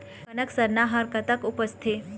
कनक सरना हर कतक उपजथे?